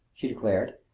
she declared.